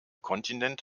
kontinent